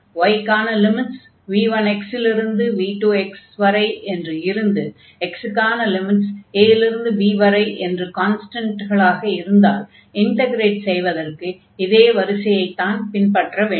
y க்கான limits v1x இலிருந்து v2x வரை என்று இருந்து x க்கான லிமிட்ஸ் a இலிருந்து b வரை என்று கான்ஸ்டன்ட்களாக இருந்தால் இன்டக்ரேட் செய்வதற்கு இதே வரிசையைத்தான் பின்பற்ற வேண்டும்